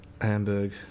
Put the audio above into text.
Hamburg